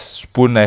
spoon